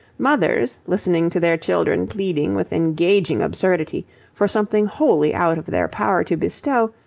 mothers, listening to their children pleading with engaging absurdity for something wholly out of their power to bestow,